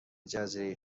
جزیره